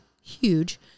huge